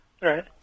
Right